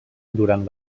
durant